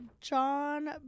John